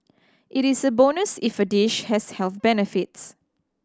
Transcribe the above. it is a bonus if a dish has health benefits